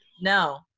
no